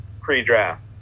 pre-draft